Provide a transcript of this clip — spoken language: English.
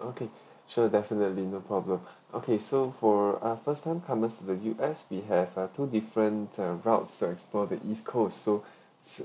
okay sure definitely no problem okay so for uh first time comers the U_S we have uh two different routes to explore the east coast so